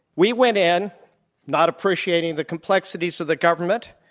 we went in not appreciating the complexities of the government,